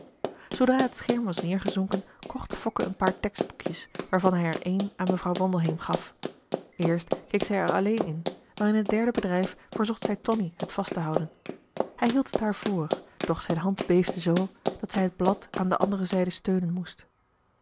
zoodra het scherm was neergezonken kocht fokke een paar tekstboekjes waarvan hij er een aan mevrouw wandelheem gaf eerst keek zij er alleen in maar in het derde bedrijf verzocht zij tonie het vasttehouden hij hield het haar voor doch zijn hand beefde zoo dat zij het blad aan de andere zijde steunen moest